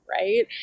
Right